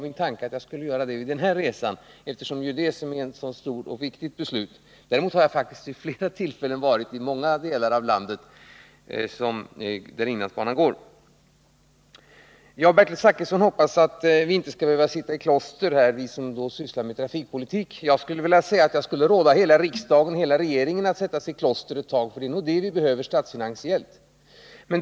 Min tanke är att göra det vid denna resa, eftersom beslutet om upprustning av inlandsbanan är ett så viktigt beslut. Men jag har faktiskt vid flera tillfällen varit i många delar av landet där inlandsbanan går. Bertil Zachrisson hoppas att vi som sysslar med trafikpolitik inte skall behöva sitta i kloster. Jag skulle vilja råda riksdagen och hela regeringen att sätta sig i kloster ett tag, för det är nog det vi behöver statsfinansiellt.